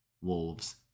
Wolves